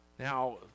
Now